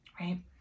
right